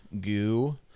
goo